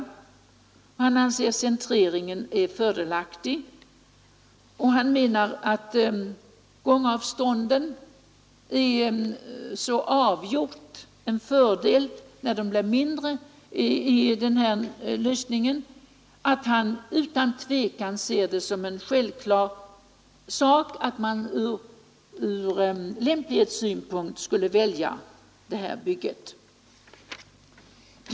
Han anser att centreringen är fördelaktig och menar att de kortare gångavstånden i den här lösningen avgjort är en fördel. Han ser det som en självklar sak att ur lämplighetssynpunkt välja det bygget.